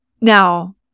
Now